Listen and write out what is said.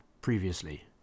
previously